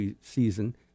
season